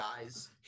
guys